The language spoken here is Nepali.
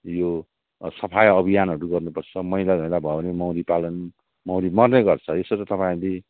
यो सफाइ अभियानहरू गर्नुपर्छ मैलाधैला भयो भने मौरी पालन मौरी मर्ने गर्छ यसरी तपाईँहरूले